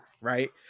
Right